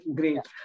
great